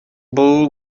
ball